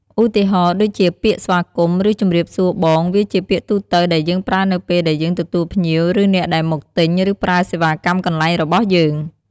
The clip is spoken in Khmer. ឧទាហរណ៍ ដូចជាពាក្យស្វាគមន៍ ឬជម្រាបសួរបង វាជាពាក្យទូទៅដែលយើងប្រើនៅពេលដែលយើងទទួលភ្ញៀវ ឬអ្នកដែលមកទិញ ឬប្រើសេវាកម្មកន្លែងរបស់យើង។